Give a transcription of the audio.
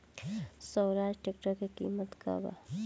Swaraj tractor के किमत का बा?